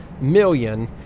million